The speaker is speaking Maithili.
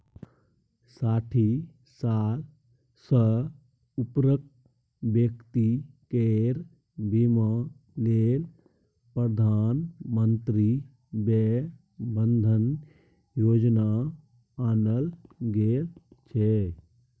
साठि साल सँ उपरक बेकती केर बीमा लेल प्रधानमंत्री बय बंदन योजना आनल गेल छै